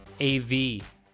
AV